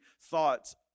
thoughts